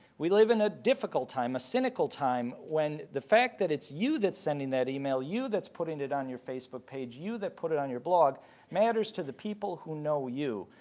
we live in a difficult time. a cynical time, when the fact that it's you that's sending that e-mail, you that's putting it on your facebook page, you that put it on your blog matters to the people who know you.